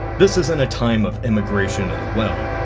this is at a time of immigration as well,